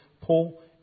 Paul